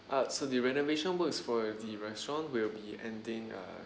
uh so the renovation works for the restaurant will be ending uh